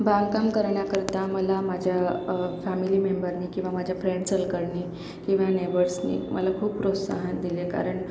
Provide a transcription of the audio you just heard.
बागकाम करण्याकरता मला माझ्या फॅमिली मेंबरनी किंवा माझ्या फ्रेंड सर्कलनी किंवा नेबर्सनी मला खूप प्रोत्साहन दिले कारण